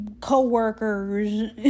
co-workers